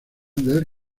del